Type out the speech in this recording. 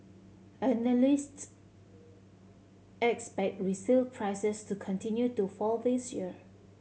analysts expect resale prices to continue to fall this year